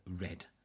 red